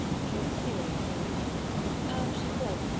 he looked serious, as usual and, she thought,